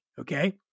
okay